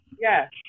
Yes